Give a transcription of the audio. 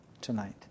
tonight